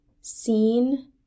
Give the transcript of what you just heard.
seen